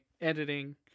editing